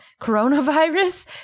coronavirus